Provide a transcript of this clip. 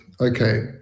okay